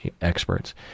experts